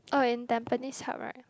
oh in Tampines Hub right